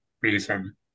reason